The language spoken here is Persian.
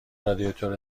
رادیاتور